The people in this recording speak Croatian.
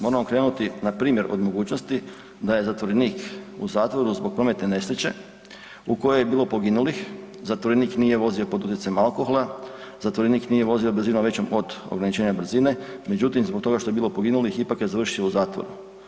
Moramo krenuti npr. od mogućnosti da je zatvorenik u zatvoru zbog prometne nesreće u kojoj je bilo poginulih, zatvorenik nije vozio pod utjecajem alkohola, zatvorenik nije vozio brzinom većom od ograničenja brzine, međutim zbog toga što je bilo poginulih ipak je završio u zatvoru.